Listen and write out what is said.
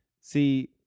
See